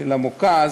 של המוכ"ז,